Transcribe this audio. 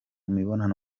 mibonano